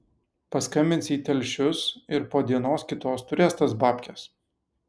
paskambins į telšius ir po dienos kitos turės tas babkes